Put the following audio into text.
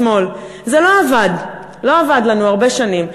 לשמאל: זה לא עבד, לא עבד לנו הרבה שנים.